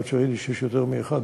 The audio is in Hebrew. עד שראיתי שיש יותר מאחד,